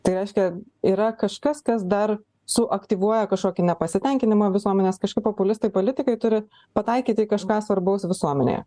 tai reiškia yra kažkas kas dar suaktyvuoja kažkokį nepasitenkinimą visuomenės kažkaip populistai politikai turi pataikyti į kažką svarbaus visuomenėje